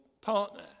partner